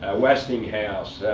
ah westinghouse,